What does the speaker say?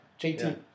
JT